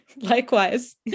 Likewise